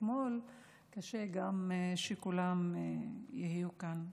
קשה שכולם יהיו כאן.